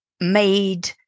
made